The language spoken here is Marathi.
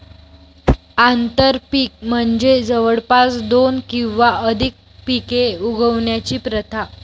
आंतरपीक म्हणजे जवळपास दोन किंवा अधिक पिके उगवण्याची प्रथा